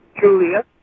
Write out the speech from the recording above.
Julia